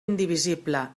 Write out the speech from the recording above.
indivisible